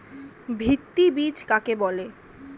ভিত্তি বীজ কাকে বলে?